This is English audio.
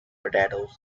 potatoes